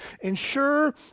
ensure